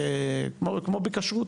כמו בכשרות,